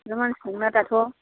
अनेक मानसि थाङो ना दाथ'